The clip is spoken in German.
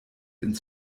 ins